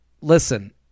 listen